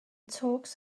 talks